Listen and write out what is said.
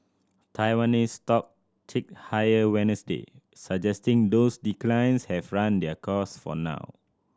Taiwanese stock ticked higher Wednesday suggesting those declines have run their course for now